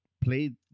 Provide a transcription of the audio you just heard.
played